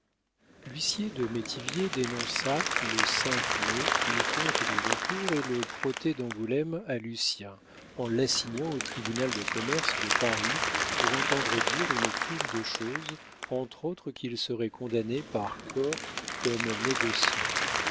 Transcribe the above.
l'huissier de métivier dénonça le mai le compte de retour et le protêt d'angoulême à lucien en l'assignant au tribunal de commerce de paris pour entendre dire une foule de choses entre autres qu'il serait condamné par corps comme négociant